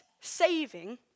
saving